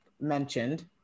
mentioned